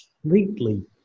completely